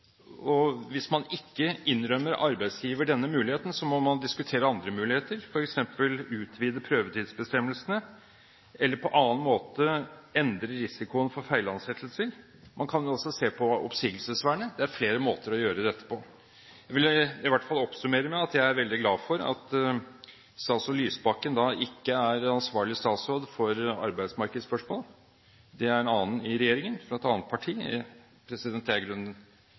Hvis man ikke innrømmer arbeidsgiver denne muligheten, må man diskutere andre muligheter, f.eks. utvide prøvetidsbestemmelsene eller på annen måte endre risikoen for feilansettelser. Man kan også se på oppsigelsesvernet. Det er flere måter å gjøre dette på. Jeg vil i hvert fall oppsummere med at jeg er veldig glad for at statsråd Lysbakken ikke er ansvarlig statsråd for arbeidsmarkedsspørsmål. Det er en annen i regjeringen, fra et annet parti. Jeg er i grunnen